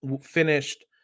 finished